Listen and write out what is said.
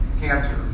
cancer